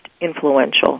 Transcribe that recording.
influential